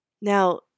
now